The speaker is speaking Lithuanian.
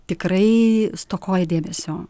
tikrai stokoja dėmesio